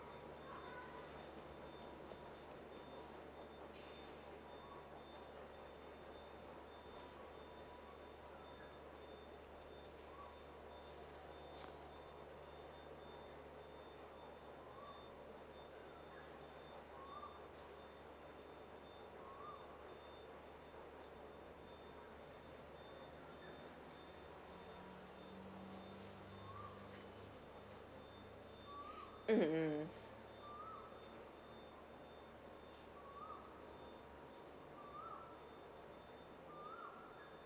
mmhmm